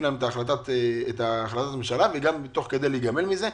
להם את החלטת הממשלה ותוך כדי להיגמל מזה.